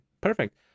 perfect